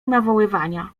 nawoływania